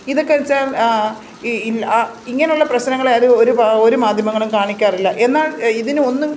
ഇതൊക്കെ വച്ചാൽ ഇങ്ങനുള്ള പ്രശ്നങ്ങളെ അത് ഒരു മാധ്യമങ്ങളും കാണിക്കാറില്ല എന്നാൽ ഇതിന് ഒന്നും